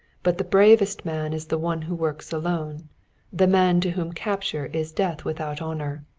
but the bravest man is the one who works alone the man to whom capture is death without honor.